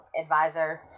advisor